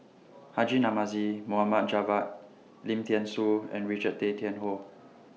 Haji Namazie Mohd Javad Lim Thean Soo and Richard Tay Tian Hoe